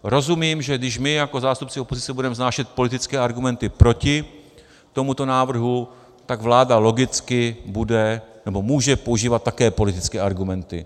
Rozumím, že když my jako zástupci opozice budeme vznášet politické argumenty proti tomuto návrhu, tak vláda logicky může používat také politické argumenty.